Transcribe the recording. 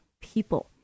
people